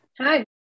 Hi